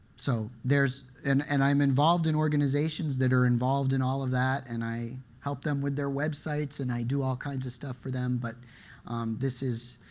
so there's and and i'm involved in organizations that are involved in all of that. and i help them with their websites. and i do all kinds of stuff for them. but this is,